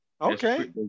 okay